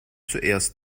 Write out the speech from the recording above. zuerst